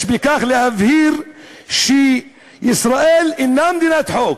יש בכך להבהיר שישראל אינה מדינת חוק,